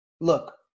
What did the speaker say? look